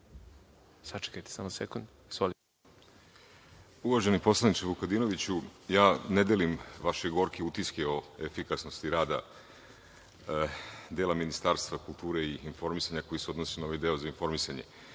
Uvaženi poslaniče Vukadinoviću, ne delim vaše gorke utiske o efikasnosti rada dela Ministarstva kulture i informisanja koji se odnosi na ovaj deo za informisanje. Bez